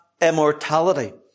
immortality